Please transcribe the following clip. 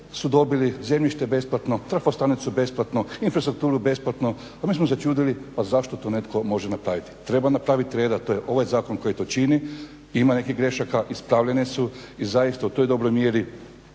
su dobili zemljište besplatno, trafostanicu besplatno, infrastrukturu besplatno, pa mi smo se čudili pa zašto to netko može napraviti. Treba napraviti reda, to je ovaj zakon koji to čini. Ima nekih grešaka, ispravljene su i zaista u toj dobroj mjeri